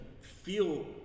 feel